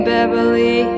Beverly